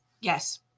yes